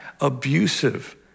abusive